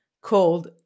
called